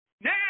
Now